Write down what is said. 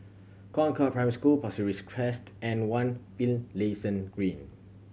Concord Primary School Pasir Ris Crest and One Finlayson Green